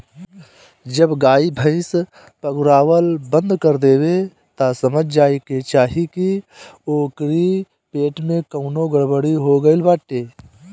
जब गाई भैस पगुरावल बंद कर देवे तअ समझ जाए के चाही की ओकरी पेट में कवनो गड़बड़ी हो गईल बाटे